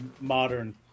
modern